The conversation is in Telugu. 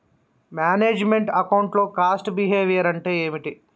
మేనేజ్ మెంట్ అకౌంట్ లో కాస్ట్ బిహేవియర్ అంటే ఏమిటి?